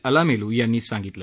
अलामेलू यांनी सांगितलं